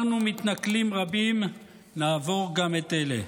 עברנו מתנכלים רבים, נעבור גם את אלה.